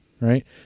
Right